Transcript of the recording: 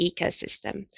ecosystem